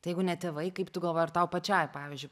tai jeigu ne tėvai kaip tu galvoji ar tau pačiai pavyzdžiui